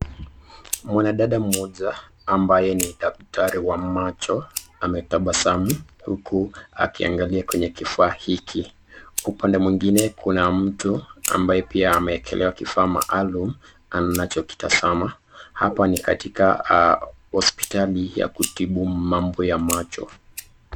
Mwanadada mmoja ambaye ni daktari wa macho ametabasamu uku akiangalia kwenye kifaa hiki, upande mwingine kuna mtu ambaye pia ameekelea kifaa maalum anachokitazama apa ni katika hospitali ya kutibu mambo ya macho.